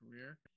career